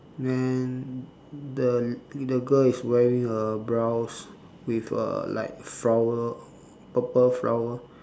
and the the girl is wearing a blouse with a like flower purple flower